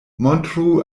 montru